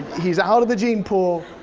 he's out of the gene pool.